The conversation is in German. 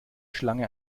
schlange